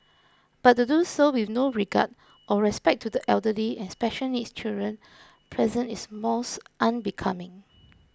but to do so with no regard or respect to the elderly and special needs children present is most unbecoming